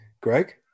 Greg